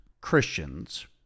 Christians